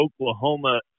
Oklahoma